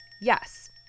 yes